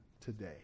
today